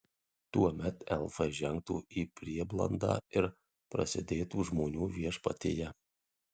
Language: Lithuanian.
tuomet elfai žengtų į prieblandą ir prasidėtų žmonių viešpatija